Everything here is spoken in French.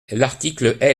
l’article